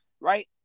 right